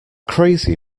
crazy